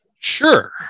Sure